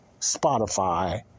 Spotify